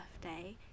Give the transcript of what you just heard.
birthday